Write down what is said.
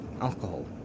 alcohol